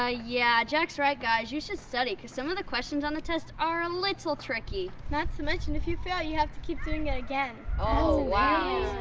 ah yeah. jack's right, guys. you should study because some of the questions on the test are a little tricky. not to mention, if you fail, you have to keep taking it again. oh, wow.